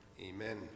Amen